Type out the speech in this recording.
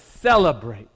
celebrate